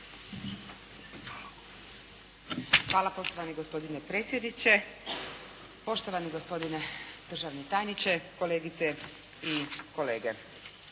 Hvala poštovani gospodine predsjedniče, poštovani gospodine državni tajniče, kolegice i kolege.